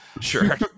Sure